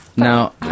Now